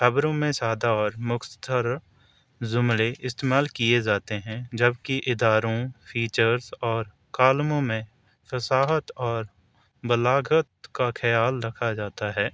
خبروں میں سادہ اور مختصر جملے استعمال کیے جاتے ہیں جبک اداروں فیچرس اور کالموں میں فصاحت اور بلاغت کا خیال رکھا جاتا ہے